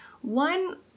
one